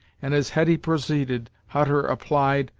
and as hetty proceeded, hutter applied,